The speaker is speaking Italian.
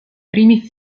primi